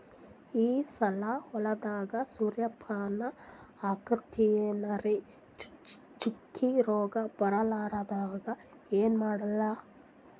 ಈ ಸಲ ಹೊಲದಾಗ ಸೂರ್ಯಪಾನ ಹಾಕತಿನರಿ, ಚುಕ್ಕಿ ರೋಗ ಬರಲಾರದಂಗ ಏನ ಮಾಡ್ಲಿ?